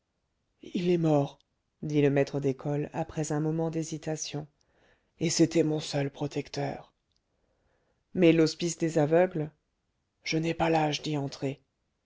il est mort dit le maître d'école après un moment d'hésitation et c'était mon seul protecteur mais l'hospice des aveugles je n'ai pas l'âge d'y entrer